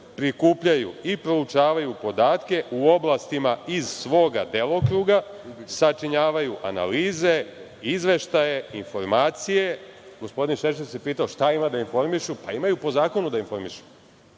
prikupljaju i proučavaju podatke u oblastima iz svoga delokruga, sačinjavaju analize, izveštaje, informacije.“ Gospodin Šešelj se pitao šta ima da informišu. Pa imaju po zakonu da informišu.